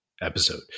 episode